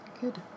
Good